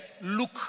look